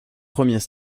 premiers